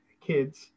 kids